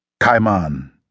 Kaiman